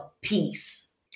peace